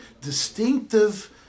distinctive